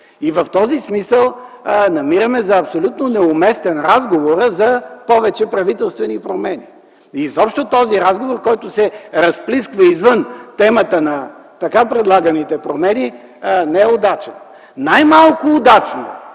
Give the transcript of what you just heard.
В този смисъл намираме за абсолютно неуместен разговора за повече правителствени промени. Изобщо този разговор, който се разплисква извън темата на така предлаганите промени, не е удачен. Най-малко удачно е